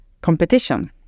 competition